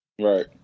Right